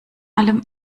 allem